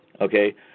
okay